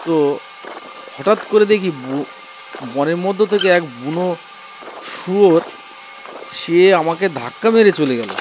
তো হঠাৎ করে দেখি ব বনের মধ্য থেকে এক বুনো শুয়োর সে আমাকে ধাক্কা মেরে চলে গেলো